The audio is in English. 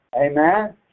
Amen